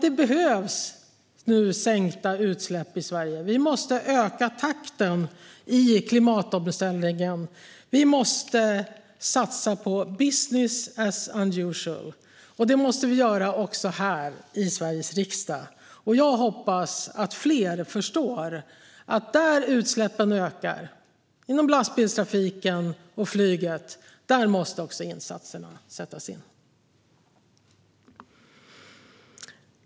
Det behövs nu sänkta utsläpp i Sverige. Vi måste öka takten i klimatomställningen. Vi måste satsa på business as unusual, och det måste vi göra också här i Sveriges riksdag. Jag hoppas att fler förstår att där utsläppen ökar - inom lastbilstrafiken och flyget - måste också insatserna sättas in.